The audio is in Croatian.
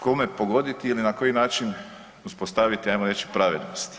Kome pogoditi ili na koji način uspostaviti, ajmo reći, pravednost?